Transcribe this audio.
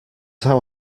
how